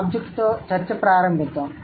SVOతో చర్చ ప్రారంభిద్దాం